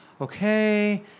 okay